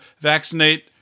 vaccinate